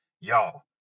Y'all